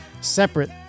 separate